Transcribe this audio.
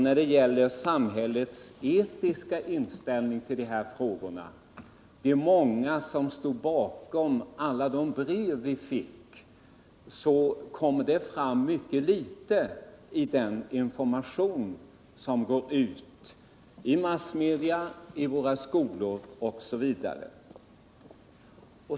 Vad gäller samhällets etiska inställning till dessa frågor, som bl.a. togs upp i alla de brev vi fick, kommer det också fram mycket litet i den information som går ut i massmedia, i våra skolor osv.